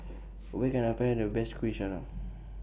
Where Can I Find The Best Kuih Syara